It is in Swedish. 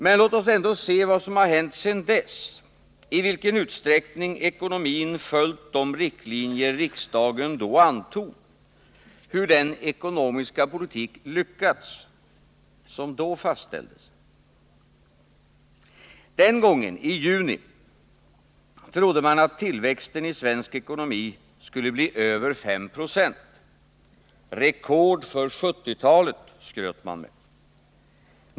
Men låt oss ändå se vad som hänt sedan dess, i vilken utsträckning ekonomin följt de riktlinjer riksdagen då antog, hur den ekonomiska politik lyckats som då fastställdes. Den gången, i juni, trodde man att tillväxten i svensk ekonomi skulle bli över 5 96 — rekord för 1970-talet, skröt man med.